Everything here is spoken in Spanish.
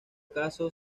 caso